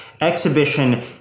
exhibition